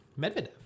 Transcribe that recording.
Medvedev